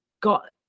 got